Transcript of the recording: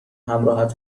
همراهت